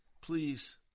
please